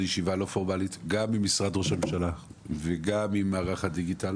ישיבה לא פורמלית - גם עם משרד ראש הממשלה וגם עם מערך הדיגיטל